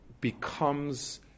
becomes